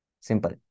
Simple